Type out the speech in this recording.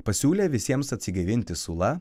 pasiūlė visiems atsigaivinti sula